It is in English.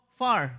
far